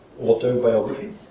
autobiography